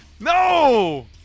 No